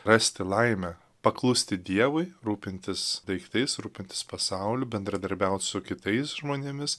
rasti laimę paklusti dievui rūpintis daiktais rūpintis pasauliu bendradarbiaut su kitais žmonėmis